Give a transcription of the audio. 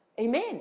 amen